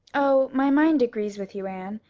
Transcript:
oh, my mind agrees with you, anne.